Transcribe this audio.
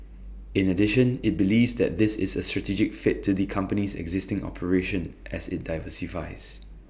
in addition IT believes that this is A strategic fit to the company's existing operation as IT diversifies